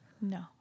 no